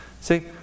See